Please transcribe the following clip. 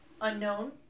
unknown